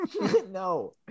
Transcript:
No